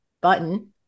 button